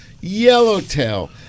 Yellowtail